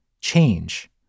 change